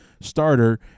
starter